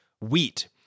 wheat